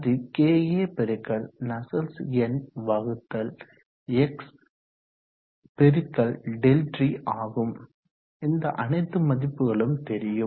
அது KA பெருக்கல் நஸ்சல்ட்ஸ் எண் வகுத்தல் X பெருக்கல் ∆T ஆகும் இந்த அனைத்து மதிப்புகளும் தெரியும்